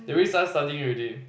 they already started studying already